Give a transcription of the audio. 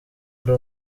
ari